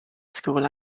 school